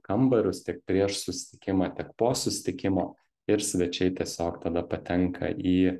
kambarius tiek prieš susitikimą tiek po susitikimo ir svečiai tiesiog tada patenka į